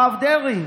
הרב דרעי,